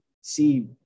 see –